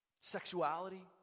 sexuality